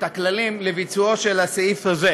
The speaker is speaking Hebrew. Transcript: את הכללים, לביצוע הסעיף הזה.